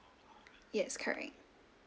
yes correct